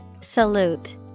Salute